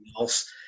else